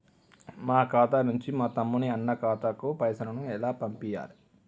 మా ఖాతా నుంచి మా తమ్ముని, అన్న ఖాతాకు పైసలను ఎలా పంపియ్యాలి?